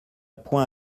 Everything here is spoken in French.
point